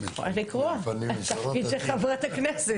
את יכולה לקרוא, זה תפקיד של חברת הכנסת